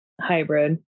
hybrid